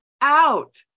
out